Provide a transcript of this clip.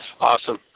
Awesome